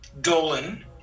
Dolan